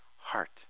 heart